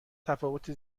تفاوت